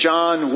John